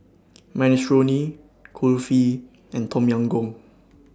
Minestrone Kulfi and Tom Yam Goong